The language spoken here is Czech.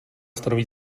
stanoví